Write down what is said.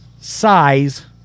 size